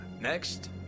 Next